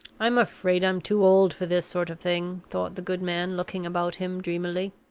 i'm afraid i'm too old for this sort of thing, thought the good man, looking about him dreamily.